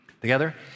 Together